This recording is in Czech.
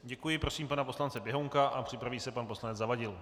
Děkuji, prosím pana poslance Běhounka a připraví se pan poslanec Zavadil.